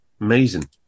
Amazing